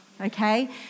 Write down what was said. okay